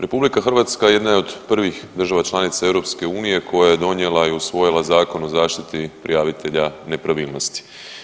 RH jedna je od prvih država članica EU koja je donijela i usvojila Zakon o zaštiti prijavitelja nepravilnosti.